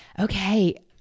Okay